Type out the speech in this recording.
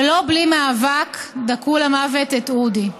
ולא בלי מאבק דקרו למוות את אודי.